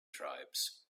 tribes